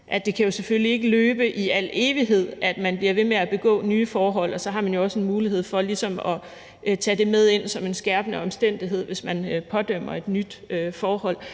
at det jo selvfølgelig ikke kan løbe i al evighed, at man bliver ved med at begå nye forhold, og så har man jo også mulighed for ligesom at tage det med ind som en skærpende omstændighed, hvis man pådømmer et nyt forhold.